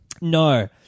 No